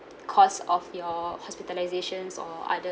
cost of your hospitalisations or other